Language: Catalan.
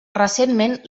recentment